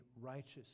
righteous